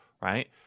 right